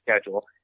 schedule